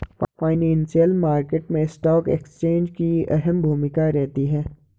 financial market मैं stock exchange की अहम भूमिका रहती है